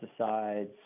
pesticides